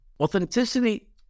Authenticity